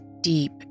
deep